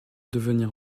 devenir